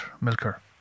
milker